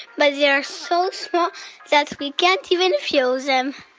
but they are so small that we can't even feel them